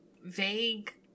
vague